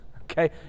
okay